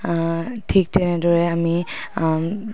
ঠিক তেনেদৰে আমি